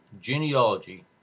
genealogy